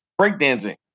breakdancing